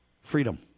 Freedom